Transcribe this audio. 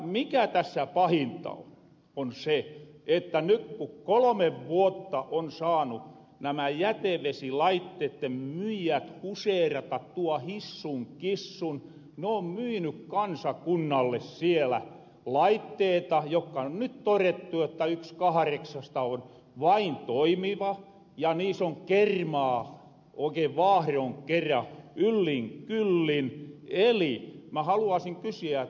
mikä tässä pahinta on on se että nyt kun kolome vuotta on saanut nämä jätevesilaitteitten myyjät huseerata tuolla hissun kissun ne on myynyt kansakunnalle siellä laitteita jokka on ny torettu että yks kahreksasta on vain toimiva ja niissä on kermaa oikein vaahron kera yllin kyllin eli ma haluaisin kysyä